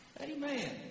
Amen